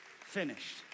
finished